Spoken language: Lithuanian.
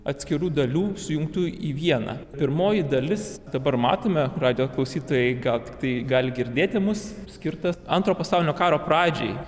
atskirų dalių sujungtų į vieną pirmoji dalis dabar matome radijo klausytojai gal tiktai gali girdėti mus skirtas antro pasaulinio karo pradžiai